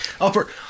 upper